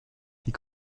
die